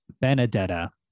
Benedetta